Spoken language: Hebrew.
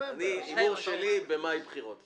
ההימור שלי הוא שבמאי יש בחירות.